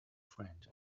friend